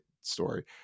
story